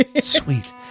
Sweet